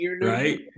Right